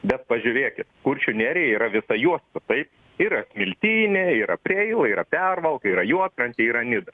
bet pažiūrėkit kuršių nerija yra visa juosta taip yra smiltynė yra preila yra pervalka yra juodkrantė yra nida